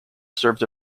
served